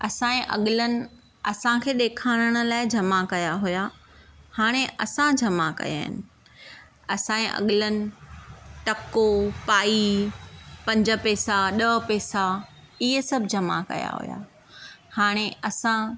असांजे अॻिलनि असांखे ॾेखारण लाइ जमा कया हुया हाणे असां जमा कया आहिनि असांजे अॻिलनि टको पाई पंज पैसा ॾह पैसा ईअं सभु कया हुया हाणे असां